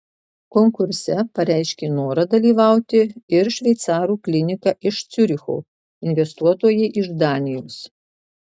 konkurse pareiškė norą dalyvauti ir šveicarų klinika iš ciuricho investuotojai iš danijos